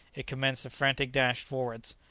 it commenced a frantic dash forwards.